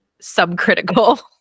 subcritical